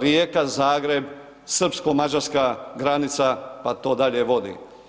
Rijeka-Zagreb-srpsko-mađarska granica pa to dalje vodi.